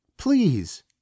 Please